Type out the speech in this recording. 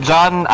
John